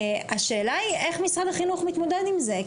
השאלה היא איך משרד החינוך מתמודד עם זה?